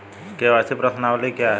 KYC प्रश्नावली क्या है?